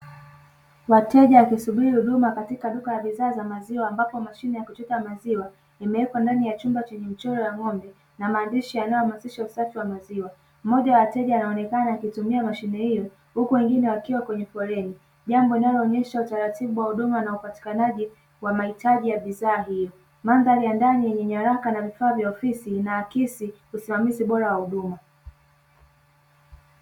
Wateja wakisubiri huduma katika duka la bidhaa za maziwa ambapo mashine ya kuchota maziwa imewekwa ndani ya chumba chenye mchoro wa ng`ombe na maandishi yanayohamasisha usafi wa maziwa. Mmoja wa wateja anaonekana akitumia mashine hiyo huku wengine wakiwa kwenye foleni. Jambo linaloonyesha utaratibu wa huduma na upatikanaji wa mahitaji ya bidhaa hiyo. Mandhari ya ndani yenye nyaraka na vifaa vya ofisi inaakisi usimamizi bora wa huduma.